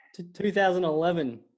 2011